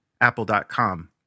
apple.com